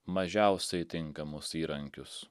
mažiausiai tinkamus įrankius